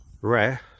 rare